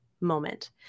moment